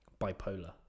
bipolar